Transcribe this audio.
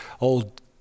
Old